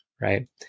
Right